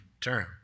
term